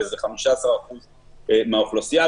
וזה 15% מהאוכלוסייה,